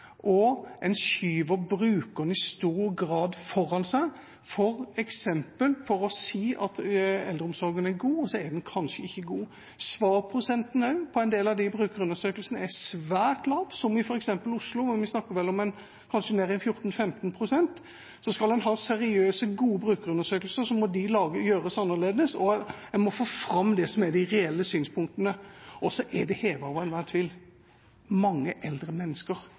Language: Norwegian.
En skyver i stor grad brukeren foran seg, f.eks. for å si at eldreomsorgen er god, og så er den kanskje ikke god. Svarprosenten på en del av brukerundersøkelsene er også svært lav, f.eks. i Oslo snakker vi om kanskje nede i 14–15. Skal en ha seriøse, gode brukerundersøkelser, må de gjøres annerledes, og en må få fram det som er de reelle synspunktene. Og så er det hevet over enhver tvil: Mange eldre mennesker